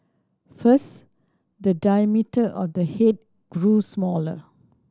first the diameter of the head grew smaller